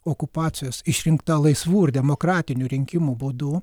okupacijos išrinkta laisvų ir demokratinių rinkimų būdu